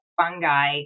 fungi